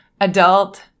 adult